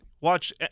watch